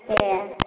दे